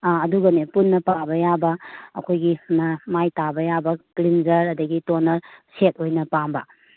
ꯑꯥ ꯑꯗꯨꯒꯅꯦ ꯄꯨꯟꯅ ꯇꯥꯕ ꯌꯥꯕ ꯑꯩꯈꯣꯏꯒꯤ ꯃꯥꯏ ꯇꯥꯕ ꯌꯥꯕ ꯀ꯭ꯂꯤꯟꯖꯔ ꯑꯗꯒꯤ ꯇꯣꯅꯔ ꯁꯦꯠ ꯑꯣꯏꯅ ꯄꯥꯝꯕ